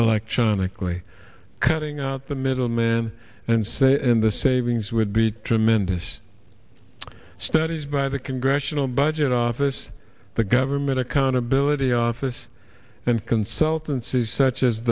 glee cutting out the middleman and say in the savings would be tremendous studies by the congressional budget office the government accountability office and consultancy such as